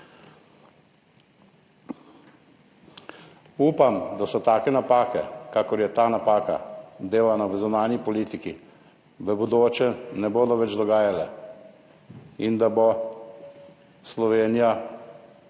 Upam, da so take napake, kakor je ta napaka delana v zunanji politiki, v bodoče ne bodo več dogajale in da bo Slovenija